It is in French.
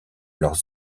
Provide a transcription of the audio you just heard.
leurs